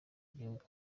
igihugu